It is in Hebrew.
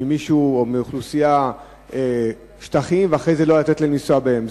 ממישהו או מאוכלוסייה שטחים ואחרי זה לא לתת להם לנסוע בהם.